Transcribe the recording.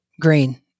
green